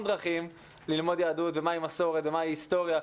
דרכים ללמוד יהדות ומה היא מסורת ומה היא היסטוריה,